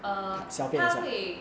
err 他会